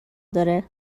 داره